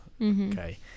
okay